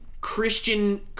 Christian